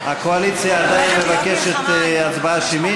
הקואליציה עדיין מבקשת הצבעה שמית?